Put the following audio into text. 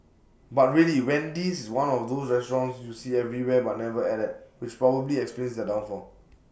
but really Wendy's is one of those restaurants you see everywhere but never ate at which probably explains their downfall